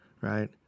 Right